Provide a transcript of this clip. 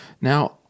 Now